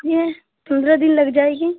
यह पंद्रह दिन लग जाएगी